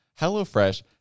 HelloFresh